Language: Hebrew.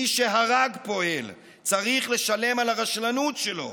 מי שהרג פועל, צריך לשלם על הרשלנות שלו.